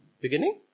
beginning